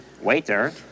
waiter